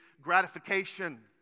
gratification